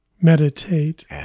meditate